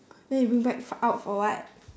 then you bring bag f~ out for what